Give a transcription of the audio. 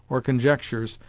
or conjectures,